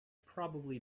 probably